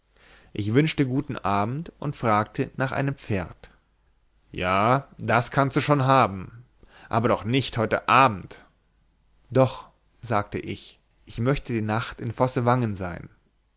ich wünschte guten abend und fragte nach einem pferd ja das kannst du schon haben aber doch nicht heute abend doch sagte ich ich möchte die nacht in vossevangen sein